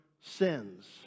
sins